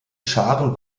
scharen